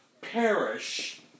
perish